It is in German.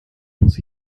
muss